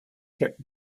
kept